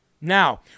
Now